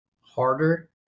harder